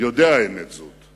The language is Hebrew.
יודע אמת זו.